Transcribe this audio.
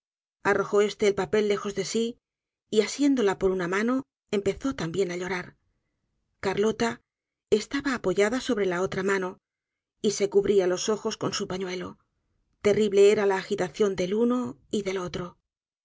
arrojó este el papel lejos de sí y asiéndola por una mano empezó también á llorar carlota estaba apoyada sobre la otra mano y se cubríalos ojos con su pañuelo terrible era la agitacian de uno y del otro